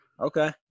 Okay